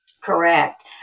Correct